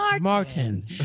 Martin